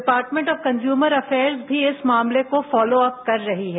department of consumer affairs भी इस मामले को फॉलोअप कर रही है